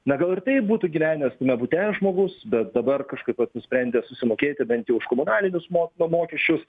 na gal ir taip būtų gyvenęs tame bute žmogus bet dabar kažkaip vat nusprendė susimokėti bent jau už komunalinius mo mokesčius